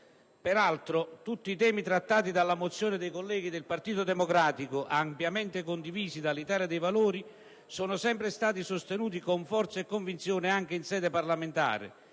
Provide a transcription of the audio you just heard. Peraltro, tutti i temi trattati nella mozione dei colleghi del Partito Democratico, ampiamente condivisi dal Gruppo dell'Italia dei Valori, sono sempre stati sostenuti con forza e convinzione anche in sede parlamentare